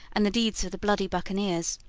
and the deeds of the bloody buccaneers.